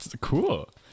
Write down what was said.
cool